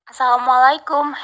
Assalamualaikum